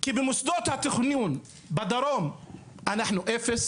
כי במוסדות התכנון בדרום אנחנו אפס?